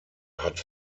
hat